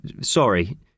sorry